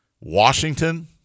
Washington